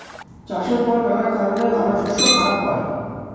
চাষের পর নানা কারণে দানাশস্য খারাপ হয়